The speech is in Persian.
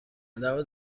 عدم